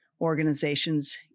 organizations